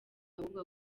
ahubwo